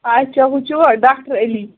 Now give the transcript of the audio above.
اَچھا ہُو چھُوا ڈَاکٹر علی